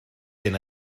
hyn